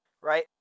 right